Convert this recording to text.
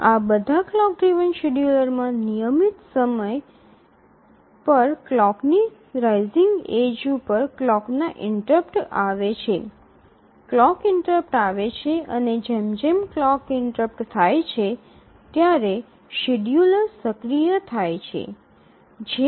આ બધા clock driven scheduler માં નિયમિત સમય એ ક્લોકની રાઈસિંગ એડ્જ ઉપર ક્લોકના ઇન્ટરપ્ટ આવે છે ક્લોક ઇન્ટરપ્ટ આવે છે અને જેમ જેમ ક્લોક ઇન્ટરપ્ટ થાય છે ત્યારે શેડ્યૂલર સક્રિય થઈ જાય છે